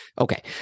Okay